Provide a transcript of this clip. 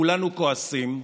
כולנו כועסים.